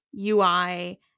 UI